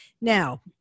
Now